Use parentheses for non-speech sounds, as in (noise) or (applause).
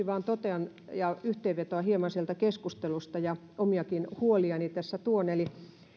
(unintelligible) vain totean ja teen yhteenvetoa hieman sieltä keskustelusta ja omiakin huoliani tässä tuon